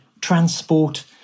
transport